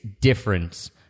difference